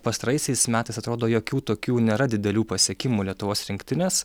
pastaraisiais metais atrodo jokių tokių nėra didelių pasiekimų lietuvos rinktinės